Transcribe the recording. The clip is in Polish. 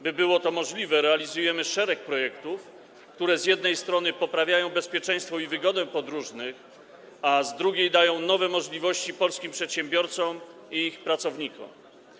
By było to możliwe, realizujemy szereg projektów, które z jednej strony poprawiają bezpieczeństwo i wygodę podróżnych, a z drugiej strony dają nowe możliwości polskim przedsiębiorcom i ich pracownikom.